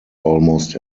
almost